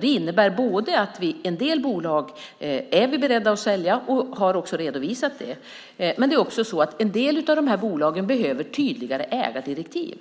Det innebär dels att vi är beredda att sälja en del bolag, vilket vi också redovisat, dels att en del av bolagen behöver tydligare ägardirektiv.